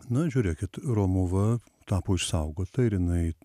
nu žiūrėkit romuva tapo išsaugota ir jinai